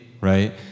right